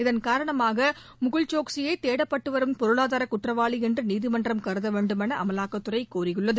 இதன் காரணமாக முகுல் ஜோக்சியை தேடப்படும் பொருளாதார குற்றவாளி என்று நீதிமன்றம் கருதவேண்டுமென அமலாக்கத்துறை கோரியுள்ளது